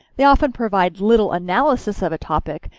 they often provide little analysis of a topic,